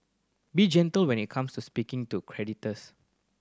be gentle when it comes to speaking to creditors